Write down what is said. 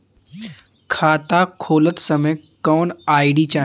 खाता खोलत समय कौन आई.डी चाही?